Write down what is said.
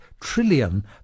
trillion